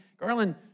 Garland